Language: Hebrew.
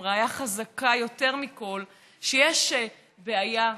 הם ראיה חזקה יותר מכול שיש בעיה,